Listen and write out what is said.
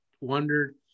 wondered